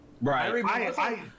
Right